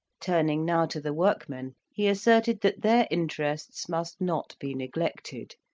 turning now to the workmen he asserted that their interests must not be neglected,